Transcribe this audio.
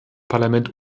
parlament